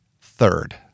third